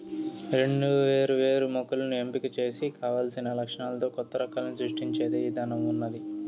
రెండు వేరు వేరు మొక్కలను ఎంపిక చేసి కావలసిన లక్షణాలతో కొత్త రకాలను సృష్టించే ఇధానం ఉన్నాది